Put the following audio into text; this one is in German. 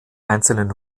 einzelnen